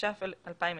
התש"ף 2020